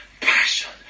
passion